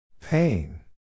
Pain